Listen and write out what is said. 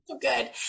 Good